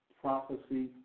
Prophecy